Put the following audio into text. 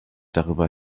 darüber